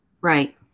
Right